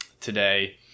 today